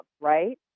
right